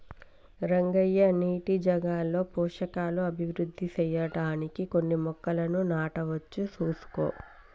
రంగయ్య నీటి జాగాలో పోషకాలు అభివృద్ధి సెయ్యడానికి కొన్ని మొక్కలను నాటవచ్చు సూసుకో